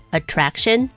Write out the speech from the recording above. attraction